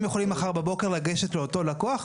הם יכולים מחר בבוקר ללכת לאותו לקוח,